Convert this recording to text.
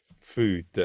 food